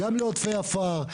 גם לעודפי עפר,